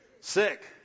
sick